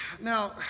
Now